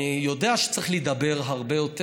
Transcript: אני יודע שצריך להידבר הרבה יותר.